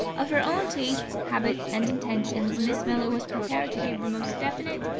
of her own tastes, habits, and intentions miss miller was prepared to give the most definite,